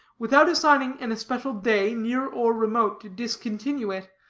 without assigning an especial day, near or remote, to discontinue it,